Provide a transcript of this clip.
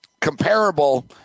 Comparable